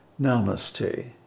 Namaste